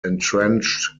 entrenched